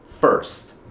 first